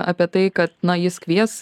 apie tai kad na jis kvies